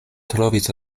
trovis